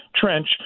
trench